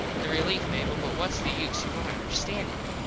the relief, mable but whats the use you wouldnt understand it.